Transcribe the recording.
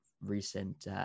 recent